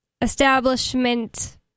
establishment